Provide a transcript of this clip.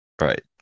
Right